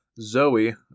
Zoe